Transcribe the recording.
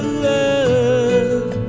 love